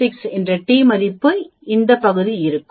96 என்ற டி மதிப்புக்கு இந்த பகுதி இருக்கும்